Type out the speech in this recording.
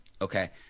Okay